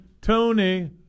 Tony